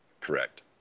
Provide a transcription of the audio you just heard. Correct